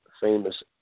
famous